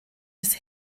bis